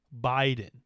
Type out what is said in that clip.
Biden